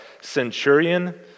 centurion